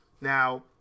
Now